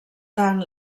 tant